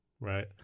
right